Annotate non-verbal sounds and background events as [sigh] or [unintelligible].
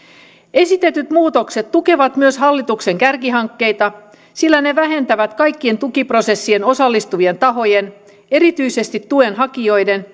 esitetyt muutokset tukevat myös hallituksen kärkihankkeita sillä ne vähentävät kaikkien tukiprosessiin osallistuvien tahojen erityisesti tuen hakijoiden [unintelligible]